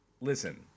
Listen